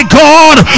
god